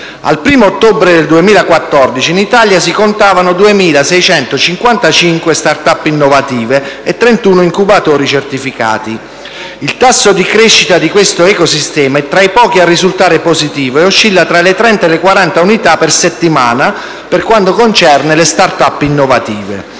Al 1° ottobre 2014 in Italia si contavano 2.655 *start-up* innovative e 31 incubatori certificati; il tasso di crescita di questo ecosistema è tra i pochi a risultare positivo e oscilla tra le 30 e le 40 unità per settimana per quanto concerne le *start-up* innovative.